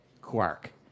quark